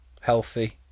healthy